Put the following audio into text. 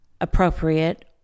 appropriate